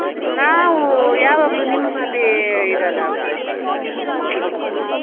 ನಾವೂ ಯಾವಾಗಲು ನಿಮ್ಮದೇ ಇದಲ್ಲ ಹ್ಞೂ